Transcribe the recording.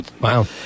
Wow